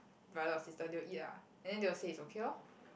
brother or sister they will eat ah and then they will say is okay lor